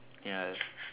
ya